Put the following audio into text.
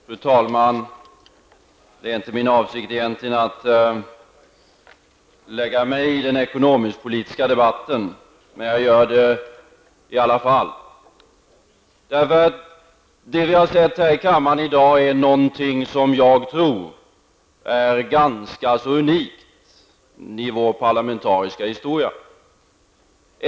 Fru talman! Det var egentligen inte min avsikt att lägga mig i den ekonomisk--politiska debatten, men jag gör det i alla fall. Det vi har hört här i kammaren i dag är någonting som jag tror är ganska så unikt i vår parlamentariska historia.